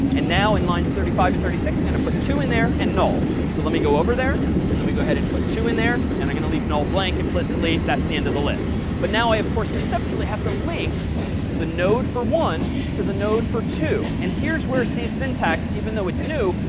and now in lines thirty five and thirty six, i'm going to put two in there and null. so let me go over there and let me go ahead and put two in there. and i'm going to leave null blank implicitly. that's the end of the list. but now i, of course, conceptually have to link the node for one to the node for two. and here's where c syntax, even though it's new,